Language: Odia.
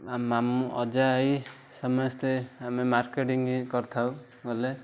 ମାମୁଁ ଅଜା ଆଈ ସମସ୍ତେ ଆମେ ମାର୍କେଟିଙ୍ଗ କରିଥାଉ ଗଲେ